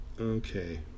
Okay